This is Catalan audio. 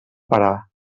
parar